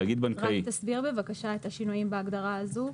תסביר בבקשה את השינויים בהגדרה הזאת,